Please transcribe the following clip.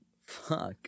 Fuck